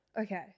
Okay